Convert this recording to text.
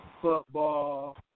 football